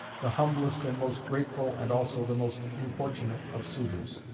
the humblest and most grateful and also the most importunate of suitors,